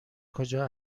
کجا